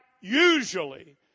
usually